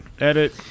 Edit